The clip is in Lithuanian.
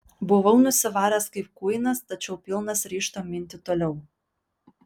buvau nusivaręs kaip kuinas tačiau pilnas ryžto minti toliau